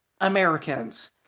Americans